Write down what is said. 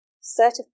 certified